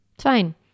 fine